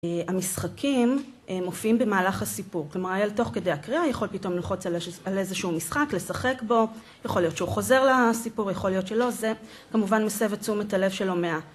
המשחקים מופיעים במהלך הסיפור, כלומר הילד תוך כדי הקריאה יכול פתאום ללחוץ על איזשהו משחק, לשחק בו, יכול להיות שהוא חוזר לסיפור, יכול להיות שלא, זה כמובן מסב את תשומת הלב של הומאה.